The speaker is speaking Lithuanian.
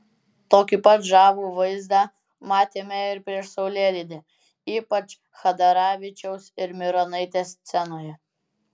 tokį pat žavų vaizdą matėme ir prieš saulėlydį ypač chadaravičiaus ir mironaitės scenoje